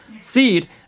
seed